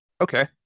okay